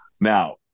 Now